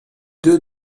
deux